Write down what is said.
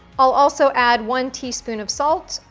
i'll also add one teaspoon of salt,